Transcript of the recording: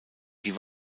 die